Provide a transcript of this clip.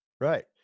Right